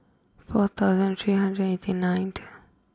four thousand three hundred and eighty ninth